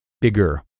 bigger